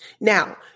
Now